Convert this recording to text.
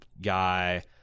guy